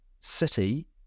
city